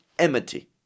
Enmity